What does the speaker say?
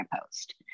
post